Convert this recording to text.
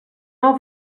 nou